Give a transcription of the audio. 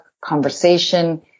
conversation